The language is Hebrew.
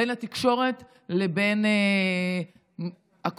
בין התקשורת לבין הקואליציה,